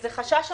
זה חשש אמיתי.